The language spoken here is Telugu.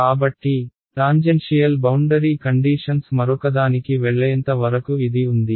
కాబట్టి టాంజెన్షియల్ బౌండరీ కండీషన్స్ మరొకదానికి వెళ్ళేంత వరకు ఇది ఉంది